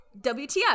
WTF